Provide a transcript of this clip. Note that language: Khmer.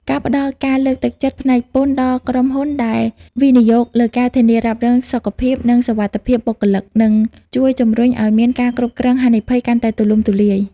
ការផ្ដល់ការលើកទឹកចិត្តផ្នែកពន្ធដល់ក្រុមហ៊ុនដែលវិនិយោគលើ ការធានារ៉ាប់រង សុខភាព និងសុវត្ថិភាពបុគ្គលិក នឹងជួយជម្រុញឱ្យមាន ការគ្រប់គ្រងហានិភ័យ កាន់តែទូលំទូលាយ។